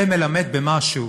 זה מלמד משהו